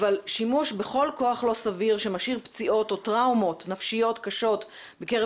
אבל שימוש בכל כח לא סביר שמשאיר פציעות או טראומות נפשיות קשות בקרב